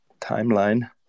timeline